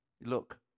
look